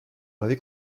m’avez